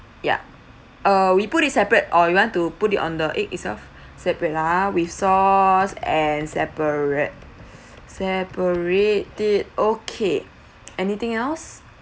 ya err we put it separate or you want to put it on the egg itself separate ah with sauce and separate separate it okay anything else